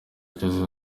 ageze